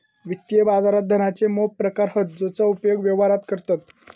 वित्तीय बाजारात धनाचे मोप प्रकार हत जेचो उपयोग व्यवहारात करतत